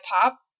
pop